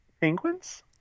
Penguins